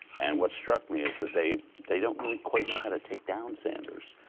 and what struck me is that they they don't really quite know how to take down sanders.